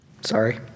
Sorry